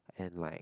and like